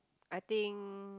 I think